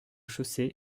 chaussée